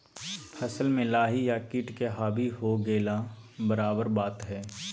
फसल में लाही या किट के हावी हो गेला बराबर बात हइ